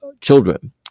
children